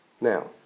now